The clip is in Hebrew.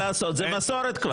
מה לעשות, זאת מסורת כבר.